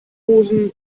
posen